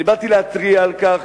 אני באתי להתריע על כך,